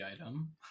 item